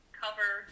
cover